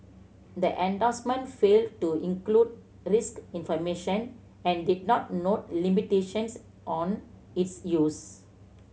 the endorsement failed to include risk information and did not note limitations on its use